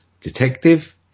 detective